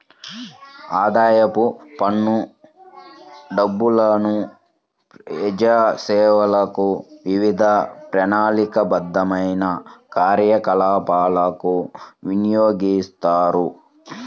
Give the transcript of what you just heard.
ఆదాయపు పన్ను డబ్బులను ప్రజాసేవలకు, వివిధ ప్రణాళికాబద్ధమైన కార్యకలాపాలకు వినియోగిస్తారు